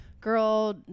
girl